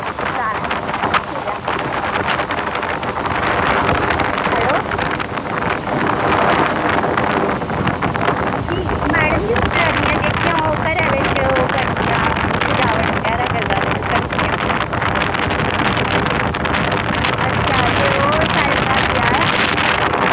ठीक ऐ हैलो अंजी मैडम जी बोल्ला दियां जेह्कियां ओह् घरै बिच ओह् करदियां सजावट बगैरा करदियां अच्छा तो ओह् साढ़े घर ब्याह् ऐ